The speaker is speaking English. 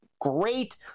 great